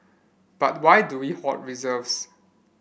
but why do we hoard reserves